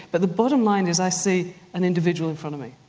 but the bottom line is i see an individual in front of me.